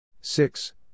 six